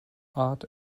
art